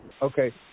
Okay